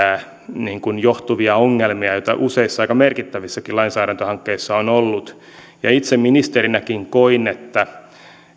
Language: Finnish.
johtuvia ongelmia joita useissa aika merkittävissäkin lainsäädäntöhankkeissa on ollut itse ministerinäkin koin että